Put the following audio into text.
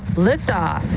liftoff.